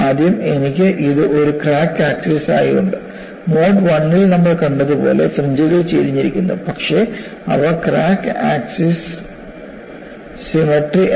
ആദ്യം എനിക്ക് ഇത് ഒരു ക്രാക്ക് ആക്സിസ് ആയി ഉണ്ട് മോഡ് 1 ഇൽ നമ്മൾ കണ്ടതു പോലെ ഫ്രിഞ്ച്കൾ ചരിഞ്ഞിരിക്കുന്നു പക്ഷേ അവ ക്രാക്ക് ആക്സിസ്നു സിമട്രി അല്ല